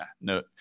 no